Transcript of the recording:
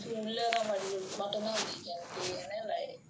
உள்ள மட்டும் தான்:ulla mattum thaan we can play and then like